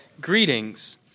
Greetings